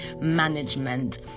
Management